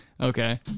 Okay